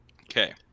Okay